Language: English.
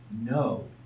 no